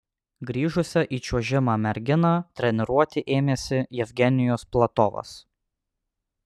grįžusią į čiuožimą merginą treniruoti ėmėsi jevgenijus platovas